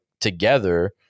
together